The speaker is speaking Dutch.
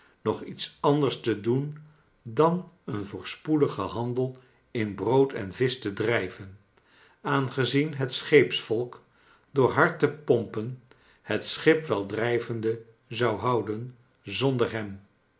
nog iets anders te doen dan een voorspoedigen handel in brood en viscb te drijven aangezien bet scheepsvolk door bard te pompen bet scbip wel drijvende zou houden zonder hem